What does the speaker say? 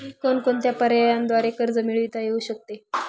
कोणकोणत्या पर्यायांद्वारे कर्ज मिळविता येऊ शकते?